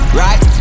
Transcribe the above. right